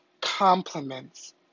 compliments